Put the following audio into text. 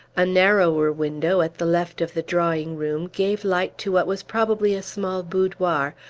a narrower window, at the left of the drawing-room, gave light to what was probably a small boudoir,